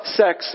sex